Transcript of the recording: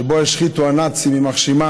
אמר הרב מוזס, שבו השחיתו הנאצים, יימח שמם,